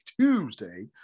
Tuesday